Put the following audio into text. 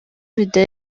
video